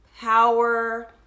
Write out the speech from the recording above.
power